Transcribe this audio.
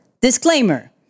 disclaimer